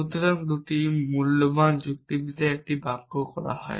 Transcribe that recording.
সুতরাং 2টি মূল্যবান যুক্তিবিদ্যায় একটি বাক্য হয়